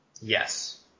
Yes